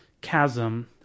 chasm